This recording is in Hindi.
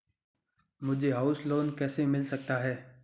मुझे हाउस लोंन कैसे मिल सकता है?